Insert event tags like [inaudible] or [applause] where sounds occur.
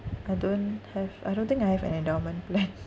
I don't have I don't think I have an endowment plan [laughs]